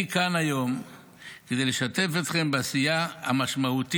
אני כאן היום כדי כדי לשתף אתכם בעשייה המשמעותית